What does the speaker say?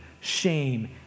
shame